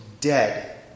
dead